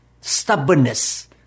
stubbornness